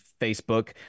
Facebook